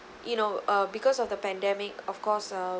you know err because of the pandemic of course uh